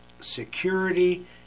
security